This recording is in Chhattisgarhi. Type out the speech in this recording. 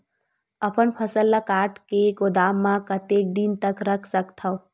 अपन फसल ल काट के गोदाम म कतेक दिन तक रख सकथव?